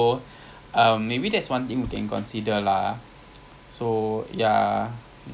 kentut ah I think maybe yes lah dia nak eating lah agak~ agaknya rasa gitu ah